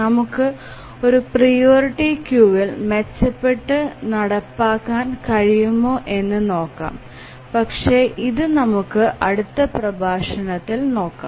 നമുക്ക് ഒരു പ്രിയോറിറ്റി ക്യൂവിൽ മെച്ചപ്പെട്ട് നടപ്പാക്കാൻ കഴിയുമോ എന്ന് നോക്കാം പക്ഷേ അതു നമുക്ക് അടുത്ത പ്രഭാഷണത്തിൽ നോക്കാം